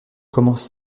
commence